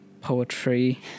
poetry